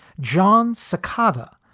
john secada,